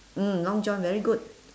mm long john very good